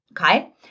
okay